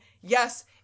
Yes